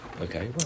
Okay